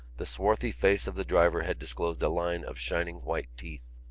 the swarthy face of the driver had disclosed a line of shining white teeth.